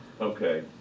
Okay